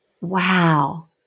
wow